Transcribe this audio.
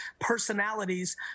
personalities